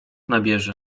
nabierze